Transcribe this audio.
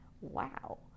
wow